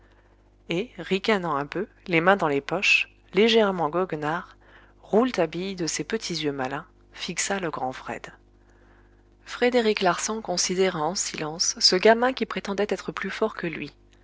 et ricanant un peu les mains dans les poches légèrement goguenard rouletabille de ses petits yeux malins fixa le grand fred frédéric larsan considéra en silence ce gamin qui prétendait être plus fort que lui